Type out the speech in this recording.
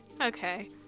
Okay